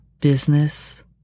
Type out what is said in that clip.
business